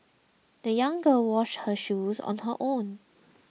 the young girl washed her shoes on her own